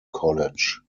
college